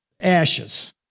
ashes